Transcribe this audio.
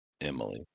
Emily